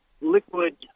liquid